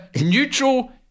neutral